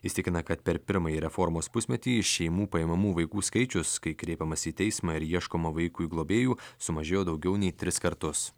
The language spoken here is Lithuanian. jis tikina kad per pirmąjį reformos pusmetį iš šeimų paimamų vaikų skaičius kai kreipiamasi į teismą ir ieškoma vaikui globėjų sumažėjo daugiau nei tris kartus